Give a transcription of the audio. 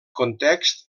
context